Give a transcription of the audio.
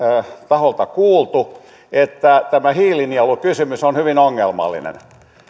taholta kuultu että tämä hiilinielukysymys on hyvin ongelmallinen